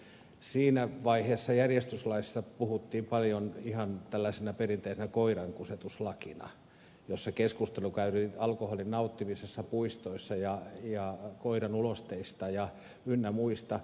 siinä vaiheessa järjestyslaista puhuttiin paljon ihan tällaisena perinteisenä koirankusetuslakina ja keskustelu käytiin alkoholin nauttimisesta puistoissa ja koiran ulosteista ynnä muuta